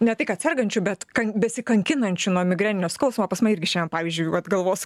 ne tai kad sergančių bet besikankinančių nuo migreninio skausmo pas mane irgi šiandien pavyzdžiui vat galvos